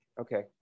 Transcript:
Okay